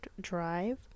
drive